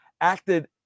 acted